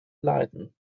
leiden